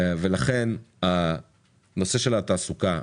ולכן הנושא של התעסוקה,